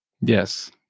Yes